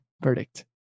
verdict